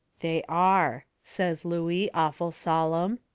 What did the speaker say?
they are, says looey, awful solemn.